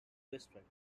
district